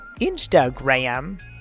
Instagram